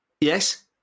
Yes